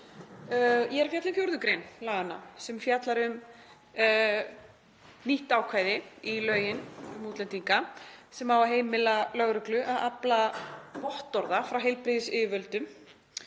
Ég er að fjalla um 4. gr. laganna sem fjallar um nýtt ákvæði í lög um útlendinga sem á að heimila lögreglu að afla vottorða frá heilbrigðisyfirvöldum